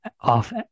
off